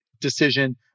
decision